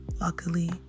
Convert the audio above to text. luckily